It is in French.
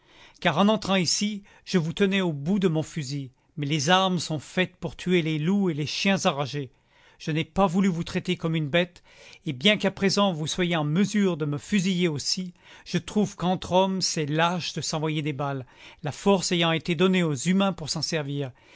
car en entrant ici je vous tenais au bout de mon fusil mais les armes sont faites pour tuer les loups et les chiens enragés je n'ai pas voulu vous traiter comme une bête et bien qu'à présent vous soyez en mesure de me fusiller aussi je trouve qu'entre hommes c'est lâche de s'envoyer des balles la force ayant été donnée aux humains pour s'en servir